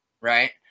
right